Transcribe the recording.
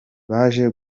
baje